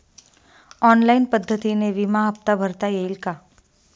Online पद्धतीने विमा हफ्ता भरता येईल का?